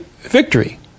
victory